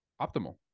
Optimal